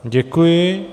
Děkuji.